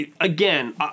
again